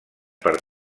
per